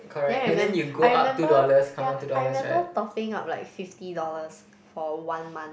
then I remem~ I remember yeah I remember topping up like fifty dollars for one month